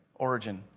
origin.